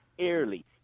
early